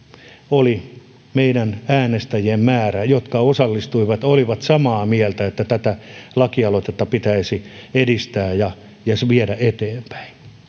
oli meidän äänestäjien määrä jotka osallistuivat ja olivat samaa mieltä että tätä lakialoitetta pitäisi edistää ja viedä eteenpäin